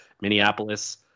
Minneapolis